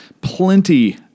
plenty